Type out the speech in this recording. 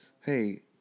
Hey